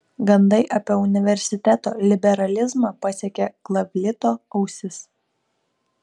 gandai apie universiteto liberalizmą pasiekė glavlito ausis